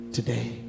today